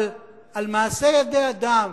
אבל על מעשה ידי אדם,